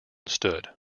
stood